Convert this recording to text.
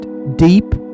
Deep